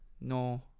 no